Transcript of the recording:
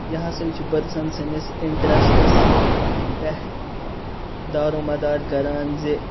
یہِ ہَسا چھُ پرسَن سٕندِس اِنٹرسٹَس پٮ۪ٹھ دارومَدار کَران زِ